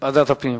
ועדת הפנים.